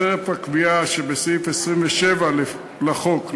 חרף הקביעה שבסעיף 27 לחוק,